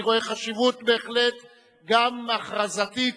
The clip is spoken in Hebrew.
אני רואה חשיבות, בהחלט גם הכרזתית,